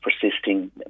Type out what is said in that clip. persisting